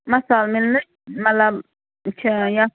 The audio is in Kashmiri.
مصالہٕ مِلنے مطلب چھِ یا